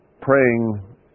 praying